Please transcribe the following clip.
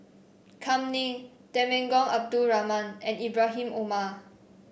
Kam Ning Temenggong Abdul Rahman and Ibrahim Omar